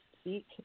speak